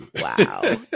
Wow